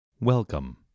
Welcome